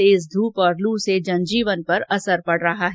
तेज धूप और लू से जनजीवन पर असर पड़ रहा है